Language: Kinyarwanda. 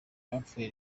bapfuye